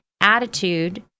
attitude